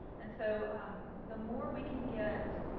and so the more we can get